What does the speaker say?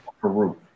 Peru